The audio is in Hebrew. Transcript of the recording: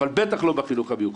אבל בטח לא בחינוך המיוחד.